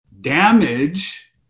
Damage